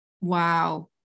wow